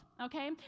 okay